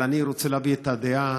אבל אני רוצה להביא את הדעה